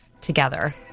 together